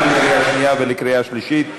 גם לקריאה שנייה ולקריאה שלישית.